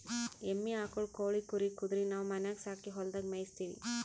ಎಮ್ಮಿ ಆಕುಳ್ ಕೋಳಿ ಕುರಿ ಕುದರಿ ನಾವು ಮನ್ಯಾಗ್ ಸಾಕಿ ಹೊಲದಾಗ್ ಮೇಯಿಸತ್ತೀವಿ